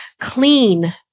clean